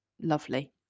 lovely